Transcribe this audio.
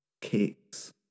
cakes